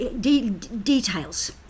details